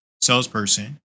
salesperson